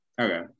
okay